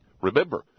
Remember